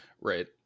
Right